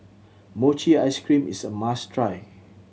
mochi ice cream is a must try